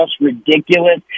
ridiculous